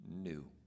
new